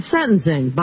Sentencing